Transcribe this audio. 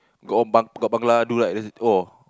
got one bang bangla do right then he's oh